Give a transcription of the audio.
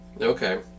okay